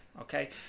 okay